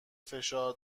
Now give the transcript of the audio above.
فشار